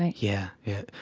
ah yeah, yeah.